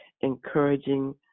encouraging